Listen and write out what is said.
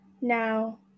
Now